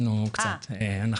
בשמחה.